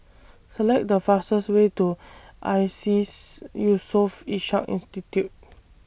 Select The fastest Way to ISEAS Yusof Ishak Institute